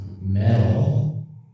metal